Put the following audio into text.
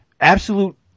Absolute